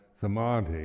samadhi